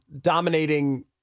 dominating